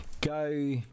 go